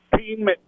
team